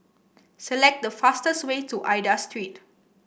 select the fastest way to Aida Street